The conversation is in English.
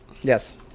Yes